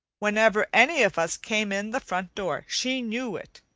whenever any of us came in the front door, she knew it.